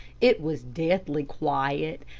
it was deathly quiet,